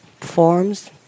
forms